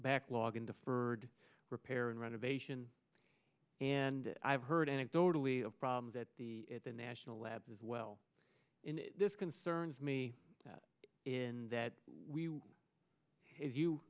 backlog into for repair and renovation and i've heard anecdotally of problems at the at the national labs as well in this concerns me in that we as you